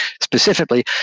specifically